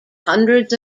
hundreds